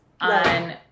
on